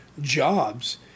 jobs